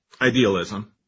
idealism